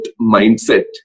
mindset